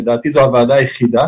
לדעתי זו הוועדה היחידה